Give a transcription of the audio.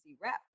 rep